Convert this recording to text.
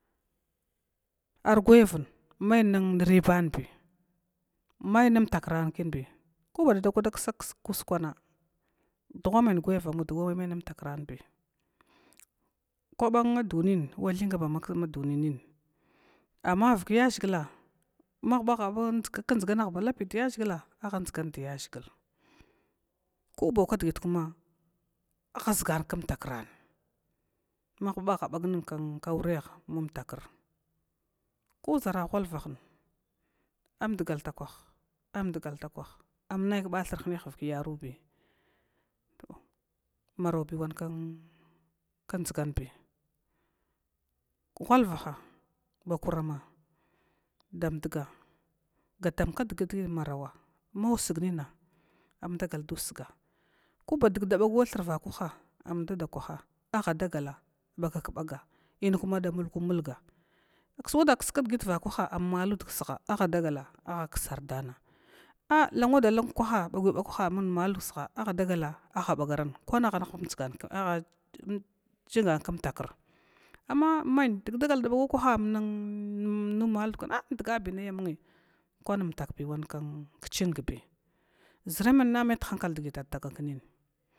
Argwayan mai rubanbi mai nmtakrabi, koba dada ka da ksak ksag kuskwana dugha man gwayava mund mai nmtakranbi kwaba duniya thung bama duniyin, amma vak yashiga mabahabaa nn kdʒgah ba lapidyaʒhigla kobau kdgitkuma aha ʒgan km takran mabaa bag nn kaureh mam takr, ko ʒara ghalva hn an duga takwah am dugal takwag, amma kbathr hir yah vak yarubi to maribi wan kdganbi ghulvaha bakurama damduga gatan ga tg kdgi marawa mausg nina am dagal da usg koba dg da bagwa thur vakwa am dada kwa adagalla bagakbaga in kuma da mulku mulga ma kswada ksg kdi vakwa ammalud ksha adagalla aksardana a lanwada lan kwaha bagwi bag kwaha ammaliu ksha abbagaran kwanuhga nuhg nn kdʒgan umtakra, amma mai dgdgagal da bagwa kwaha ammal kwana in dgabi ni amun kwari utakbiwan kjingji ʒraman na mai duhunkal dgi da tagaknin.